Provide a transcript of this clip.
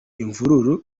imvururu